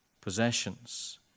possessions